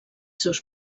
seus